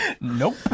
nope